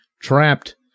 trapped